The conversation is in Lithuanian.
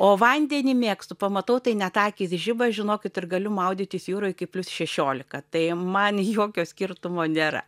o vandenį mėgstu pamatau tai net akys žiba žinokit ir galiu maudytis jūroj kai plius šešiolika tai man jokio skirtumo nėra